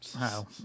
Wow